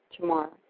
tomorrow